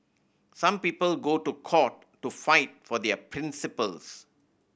some people go to court to fight for their principles